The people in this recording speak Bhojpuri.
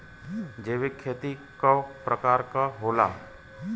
जैविक खेती कव प्रकार के होला?